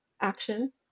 action